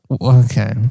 Okay